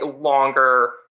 longer